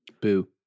Boo